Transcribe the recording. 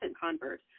convert